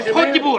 זכות דיבור.